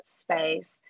space